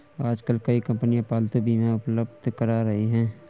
आजकल कई कंपनियां पालतू बीमा उपलब्ध करा रही है